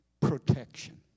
protection